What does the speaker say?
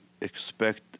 expect